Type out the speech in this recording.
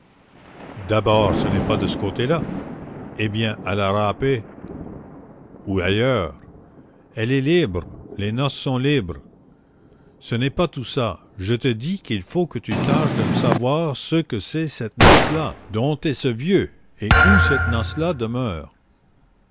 d'abord ce n'est pas de ce côté-là eh bien à la râpée ou ailleurs elle est libre les noces sont libres ce n'est pas tout ça je te dis qu'il faut que tu tâches de me savoir ce que c'est que cette noce là dont est ce vieux et où cette noce là demeure